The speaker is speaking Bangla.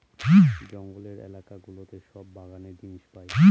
জঙ্গলের এলাকা গুলোতে সব বাগানের জিনিস পাই